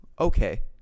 okay